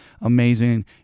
amazing